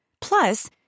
Plus